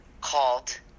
called